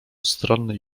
ustronny